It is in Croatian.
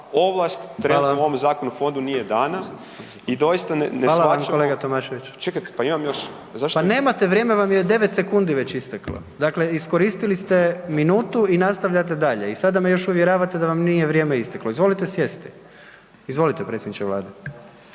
razumije/… u ovom Zakonu o fondu nije dana i doista ne shvaćamo …/Upadica: Hvala vam kolega Tomašević/…, čekajte, pa imam još, zašto. **Jandroković, Gordan (HDZ)** Pa nemate, vrijeme vam je 9 sekundi već isteklo. Dakle, iskoristili ste minutu i nastavljate dalje i sada me još uvjeravate da vam nije vrijeme isteklo, izvolite sjesti. Izvolite predsjedniče vlade.